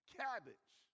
cabbage